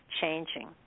changing